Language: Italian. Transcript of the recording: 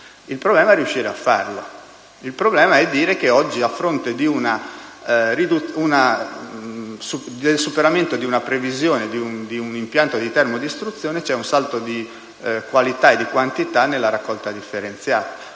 Il problema è riuscire a farlo; il problema è sostenere che oggi, a fronte del superamento di una previsione di un impianto di termodistruzione, c'è un salto di qualità e di quantità nella raccolta differenziata.